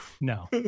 no